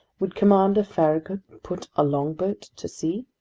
would commander farragut put a longboat to sea?